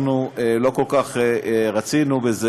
אנחנו לא כל כך רצינו בזה,